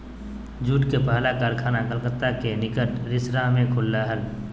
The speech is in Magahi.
जूट के पहला कारखाना कलकत्ता के निकट रिसरा में खुल लय हल